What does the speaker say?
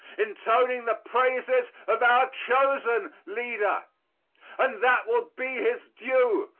intoning the praises of our chosen leader and that will be his due,